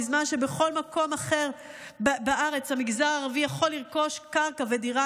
בזמן שבכל מקום אחר בארץ המגזר הערבי יכול לרכוש קרקע ודירה,